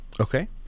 Okay